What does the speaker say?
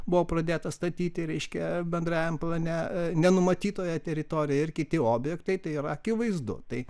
buvo pradėtas statyti reiškia bendrajam plane nenumatytoje teritorijoje ir kiti objektai tai yra akivaizdu tai